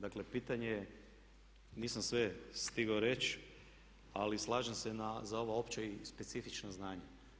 Dakle pitanje je, nisam sve stigao reći, ali slažem se za ova opća i specifična znanja.